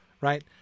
right